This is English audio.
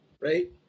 right